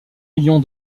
millions